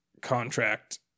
contract